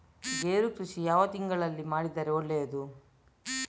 ಗೇರು ಕೃಷಿ ಯಾವ ತಿಂಗಳಲ್ಲಿ ಮಾಡಿದರೆ ಒಳ್ಳೆಯದು?